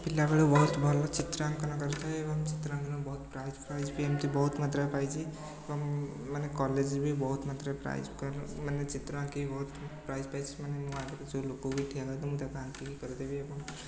ପିଲାବେଳୁ ବହୁତ ଭଲ ଚିତ୍ରାଙ୍କନ କରିଥାଏ ଏବଂ ଚିତ୍ରାଙ୍କନରେ ବହୁତ ପ୍ରାଇଜ୍ଫ୍ରାଇଜ୍ ବି ଏମିତି ବହୁତ ମାତ୍ରାରେ ପାଇଛି ଏବଂ ମାନେ କଲେଜ୍ରେ ବି ବହୁତ ମାତ୍ରାରେ ପ୍ରାଇଜ୍ ମାନେ ଚିତ୍ର ଆଙ୍କିକି ମାନେ ବହୁତ ପ୍ରାଇଜ୍ ପାଇଛି ମାନେ ମୋ ଆଗରେ ଯେଉଁ ଲୋକକୁ ବି ଠିଆ କରିଦେବେ ମୁଁ ତାକୁ ଆଙ୍କିକି କରିଦେବି ଏବଂ